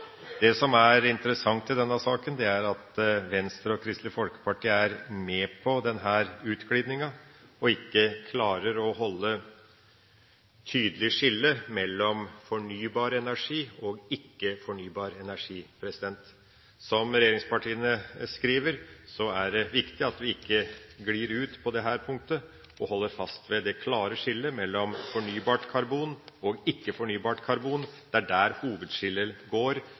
Det som er interessant i denne saken, er at Venstre og Kristelig Folkeparti er med på denne utglidinga, og ikke klarer å skille tydelig mellom fornybar energi og ikke-fornybar energi. Som regjeringspartiene skriver, er det viktig at vi ikke glir ut på dette punktet, men holder fast ved det klare skillet mellom fornybart karbon og ikke-fornybart karbon. Det er der hovedskillet går